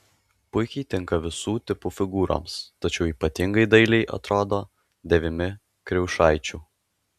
puikiai tinka visų tipų figūroms tačiau ypatingai dailiai atrodo dėvimi kriaušaičių